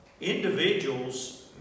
individuals